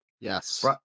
Yes